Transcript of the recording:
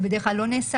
זה בדרך כלל לא נעשה,